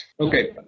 Okay